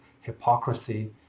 hypocrisy